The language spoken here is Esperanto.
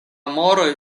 moroj